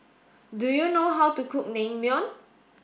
do you know how to cook Naengmyeon